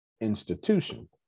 institution